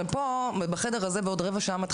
בחדר הזה,